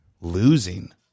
losing